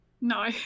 No